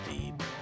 deep